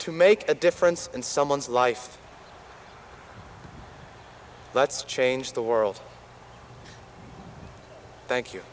to make a difference in someone's life let's change the world thank you